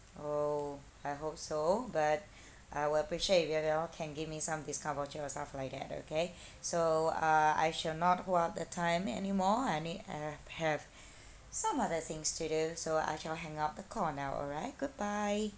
oh I hope so but I would appreciate if you all can give me some discount voucher or stuff like that okay so uh I shall not hold out the time anymore I need uh have some other things to do so I shall hang up the call now alright goodbye